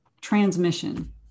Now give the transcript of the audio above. transmission